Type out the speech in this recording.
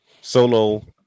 Solo